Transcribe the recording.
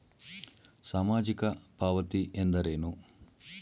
ಸಾಮಾಜಿಕ ಪಾವತಿ ಎಂದರೇನು?